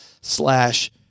slash